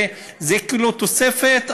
וזה כאילו תוספת,